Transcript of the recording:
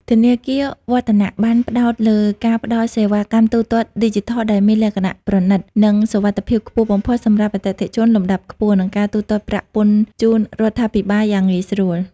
ធនាគារ វឌ្ឍនៈ (Vattanac) បានផ្ដោតលើការផ្ដល់សេវាកម្មទូទាត់ឌីជីថលដែលមានលក្ខណៈប្រណីត និងសុវត្ថិភាពខ្ពស់បំផុតសម្រាប់អតិថិជនលំដាប់ខ្ពស់ និងការទូទាត់ប្រាក់ពន្ធជូនរដ្ឋាភិបាលយ៉ាងងាយស្រួល។